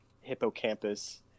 Hippocampus